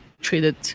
treated